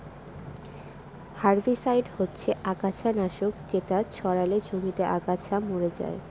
herbicide হচ্ছে আগাছা নাশক যেটা ছড়ালে জমিতে আগাছা মরে যায়